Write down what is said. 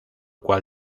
cual